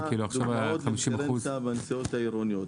עכשיו ה- 50%. גם לדוגמה בנסיעות העירוניות,